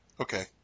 Okay